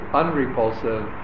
unrepulsive